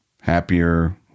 happier